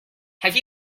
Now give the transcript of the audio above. have